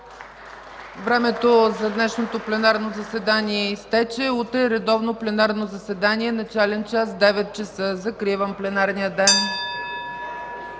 Времето за днешното пленарно заседание изтече. Утре, редовно пленарно заседание с начален час 9,00 ч. Закривам пленарния ден.